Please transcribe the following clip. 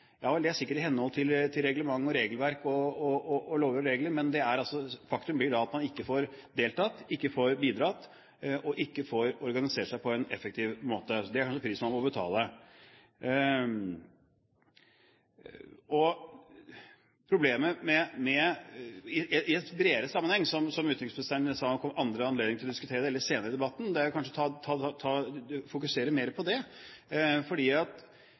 Det er sikkert i henhold til reglement, regelverk og lover, men faktum er at man ikke får deltatt, ikke får bidratt og ikke får organisert seg på en effektiv måte. Det er kanskje prisen man må betale. Når det gjelder problemet i en bredere sammenheng, sa utenriksministeren at det kommer andre anledninger til å diskutere det, eventuelt senere i debatten. Da kan man kanskje fokusere mer på det: Dersom man nå får en konferanse i Europa, basert på VEU, slik det